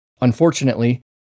Unfortunately